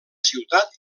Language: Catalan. ciutat